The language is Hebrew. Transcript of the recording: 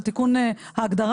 זה תיקון ההגדרה,